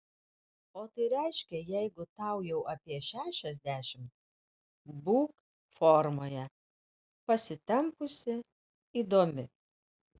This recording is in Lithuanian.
o tai reiškia jeigu tau jau apie šešiasdešimt būk formoje pasitempusi įdomi